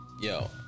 Yo